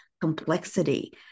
complexity